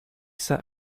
set